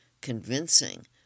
convincing